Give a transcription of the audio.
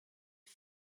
die